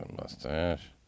mustache